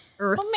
earth